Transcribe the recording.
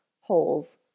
holes